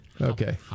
Okay